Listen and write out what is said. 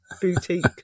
boutique